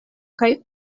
kaj